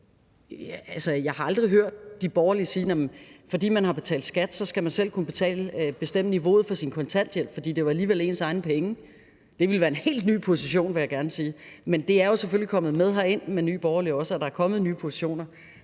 jeg har aldrig hørt de borgerlige sige, at fordi man har betalt skat, skal man selv kunne bestemme niveauet for sin kontanthjælp, fordi det jo alligevel er ens egne penge. Det ville være en helt ny position, vil jeg gerne sige. Men det er jo selvfølgelig kommet med herind med Nye Borgerlige, altså at der er kommet nye positioner.